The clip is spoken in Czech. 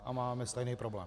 A máme stejný problém.